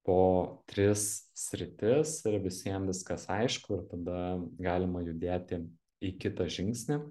po tris sritis ir visiem viskas aišku ir tada galima judėti į kitą žingsnį